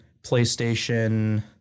PlayStation